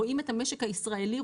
רואים את המשק הישראלי,